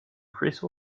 freeze